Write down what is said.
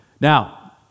Now